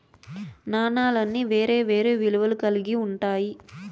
నాణాలన్నీ వేరే వేరే విలువలు కల్గి ఉంటాయి